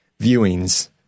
viewings